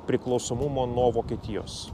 priklausomumo nuo vokietijos